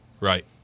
Right